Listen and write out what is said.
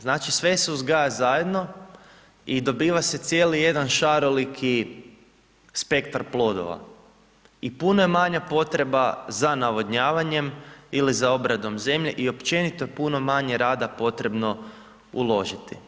Znači sve se uzgaja zajedno i dobiva se cijeli jedan šaroliki spektar plodova i puno je manja potreba za navodnjavanjem ili za obradom zemlje i općenito je puno manje rada potrebno uložiti.